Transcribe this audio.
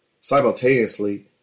simultaneously